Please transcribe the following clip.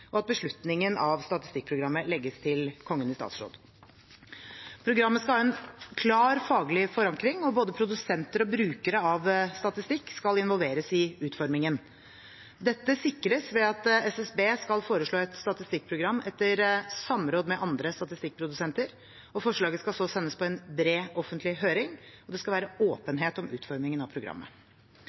og at beslutningen av statistikkprogrammet legges til Kongen i statsråd. Programmet skal ha en klar, faglig forankring, og både produsenter og brukere av statistikk skal involveres i utformingen. Dette sikres ved at SSB skal foreslå et statistikkprogram etter samråd med andre statistikkprodusenter. Forslaget skal så sendes på en bred, offentlig høring. Det skal være åpenhet om utformingen av programmet.